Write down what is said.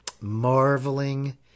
Marveling